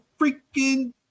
freaking